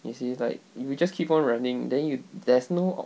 you see like if you just keep on running then you there's no ob~